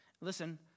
Listen